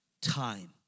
Time